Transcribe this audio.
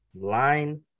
line